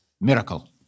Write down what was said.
miracle